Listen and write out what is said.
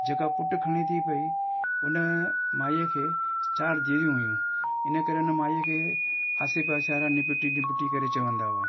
जेका पुटु खणे थी पई उन माईअ खे चार धीअरूं हुयूं इन करे उन माईअ खे आसे पासे वारा निबिटी निबिटी करे चवंदा हुआ